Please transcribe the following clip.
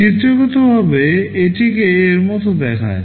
চিত্রগতভাবে এটিকে এর মতো দেখায়